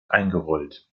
eingerollt